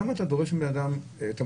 למה אתה מונע מבן אדם לצאת?